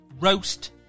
roast